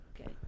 Okay